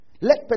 Let